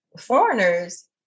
foreigners